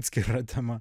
atskira tema